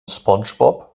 spongebob